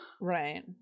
Right